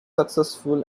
successful